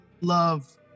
love